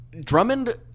Drummond